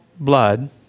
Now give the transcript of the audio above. blood